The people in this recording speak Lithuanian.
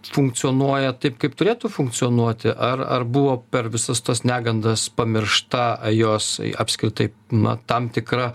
funkcionuoja taip kaip turėtų funkcionuoti ar ar buvo per visas tas negandas pamiršta jos apskritai na tam tikra